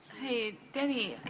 hey danny.